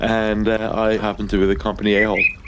and i happened to be the company a-hole.